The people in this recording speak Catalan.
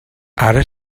ara